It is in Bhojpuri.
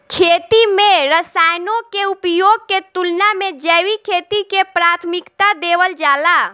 खेती में रसायनों के उपयोग के तुलना में जैविक खेती के प्राथमिकता देवल जाला